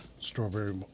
strawberry